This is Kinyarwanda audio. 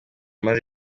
maze